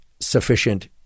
sufficient